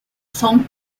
son